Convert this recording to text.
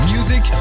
Music